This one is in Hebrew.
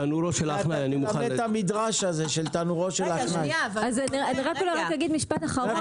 אני רק אולי אגיד משפט אחרון.